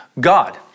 God